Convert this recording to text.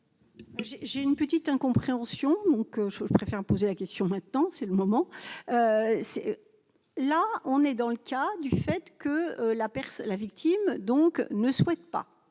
j'ai une petite incompréhension donc je préfère me poser la question, maintenant c'est le moment, là on est dans le cas du fait que la Perse la victime donc ne souhaitent pas